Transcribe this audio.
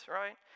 right